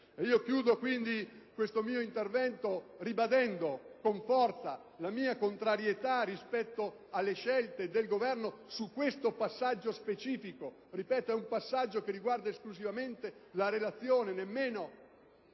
Chiudo questo mio intervento ribadendo con forza la mia contrarietà rispetto alle scelte del Governo su questo passaggio specifico. Ripeto, è un passaggio che riguarda esclusivamente la Relazione, nemmeno